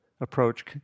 approach